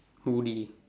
hoodie